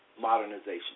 modernization